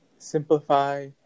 Simplify